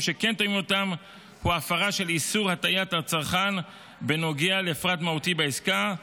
שכן תואמים אותן הוא הפרה של איסור הטעיית הצרכן בנוגע לפרט מהותי בעסקה,